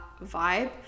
vibe